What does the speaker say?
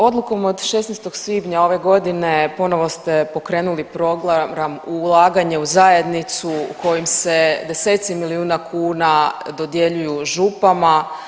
Odlukom od 16. svibnja ove godine ponovo ste pokrenuli program ulaganja u zajednicu kojim se deseci milijuna kuna dodjeljuju župama.